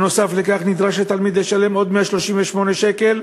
בנוסף לכך נדרש התלמיד לשלם עוד 138 שקל